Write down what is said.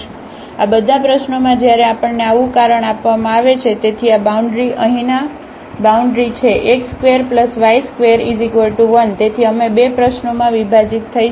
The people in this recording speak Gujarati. તેથી આ બધી પ્રશ્નોઓમાં જ્યારે આપણને આવું કારણ આપવામાં આવે છે તેથી આ બાઉન્ડ્રી અહીંની બાઉન્ડ્રી છે x2y21 તેથી અમે બે પ્રશ્નોઓમાં વિભાજીત થઈશું